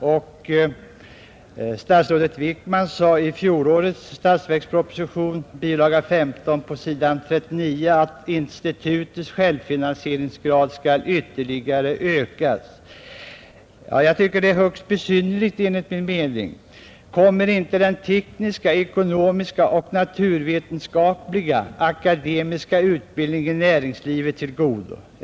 Statsrådet Wickman sade i statsverkspropositionen 1970, bilaga 15,s. 39, att institutets självfinansieringsgrad skall ytterligare ökas. Högst besynnerligt, enligt min mening! Kommer inte den tekniska, ekonomiska och naturvetenskapliga akademiska utbildningen näringslivet till godo då?